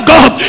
God